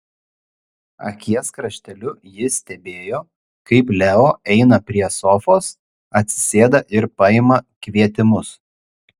akies krašteliu ji stebėjo kaip leo eina prie sofos atsisėda ir paima kvietimus